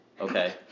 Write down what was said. Okay